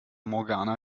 morgana